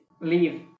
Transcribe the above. leave